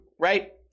right